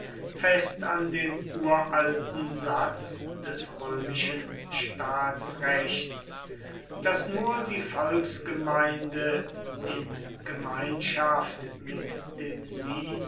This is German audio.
fest an dem uralten satz des römischen staatsrechts daß nur die volksgemeinde in gemeinschaft mit dem sie